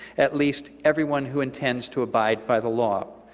at least everyone who intends to abide by the law.